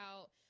out